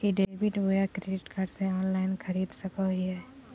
ई debit बोया credit card से online खरीद सको हिए?